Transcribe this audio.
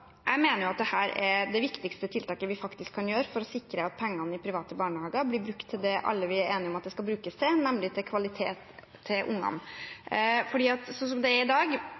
Jeg mener at dette er det viktigste tiltaket vi kan sette inn for å sikre at pengene til private barnehager blir brukt til det vi alle er enige om at de skal brukes til, nemlig kvalitet til ungene. Sånn det er i dag,